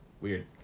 Weird